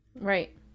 Right